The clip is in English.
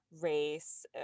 race